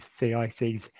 CICs